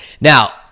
Now